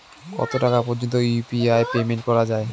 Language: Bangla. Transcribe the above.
কত টাকা পর্যন্ত ইউ.পি.আই পেমেন্ট করা যায়?